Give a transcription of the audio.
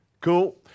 Cool